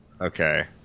Okay